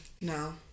No